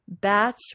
batch